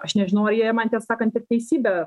aš nežinau ar jie man tiesą sakant ir teisybę